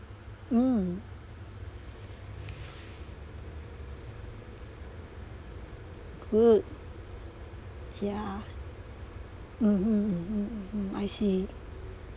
mm good yeah mm mm mm I see